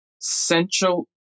Central